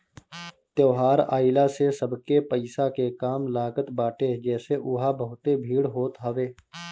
त्यौहार आइला से सबके पईसा के काम लागत बाटे जेसे उहा बहुते भीड़ होत हवे